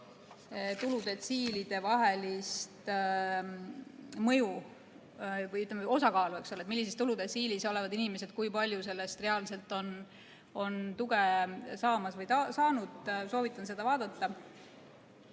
tuludetsiilidevahelist mõju või seda osakaalu, millises tuludetsiilis olevad inimesed kui palju sellest reaalselt on tuge saamas või saanud. Soovitan seda vaadata.